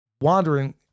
wandering